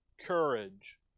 courage